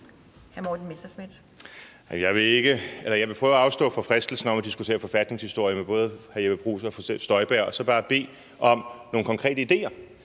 Jeg vil prøve at afstå fra fristelsen til at diskutere forfatningshistorie med både hr. Jeppe Bruus og fru Inger Støjberg og så bare bede om nogle konkrete ideer.